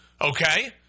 Okay